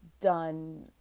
done